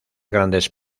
grandes